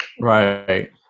right